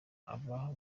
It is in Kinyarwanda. aba